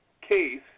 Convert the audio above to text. case